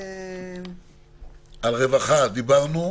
על עובדי רווחה דיברנו.